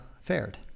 fared